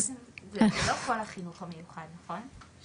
אבל זה לא כל החינוך המיוחד, נכון?